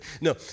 No